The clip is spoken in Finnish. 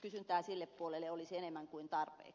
kysyntää sille puolelle olisi enemmän kuin tarpeeksi